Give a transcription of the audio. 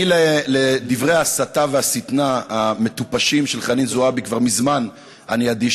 אני לדברי ההסתה והשטנה המטופשים של חנין זועבי כבר מזמן אני אדיש.